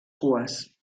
cues